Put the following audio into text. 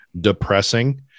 depressing